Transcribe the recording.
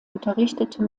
unterrichtete